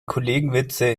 kollegenwitze